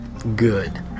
Good